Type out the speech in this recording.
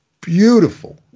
beautiful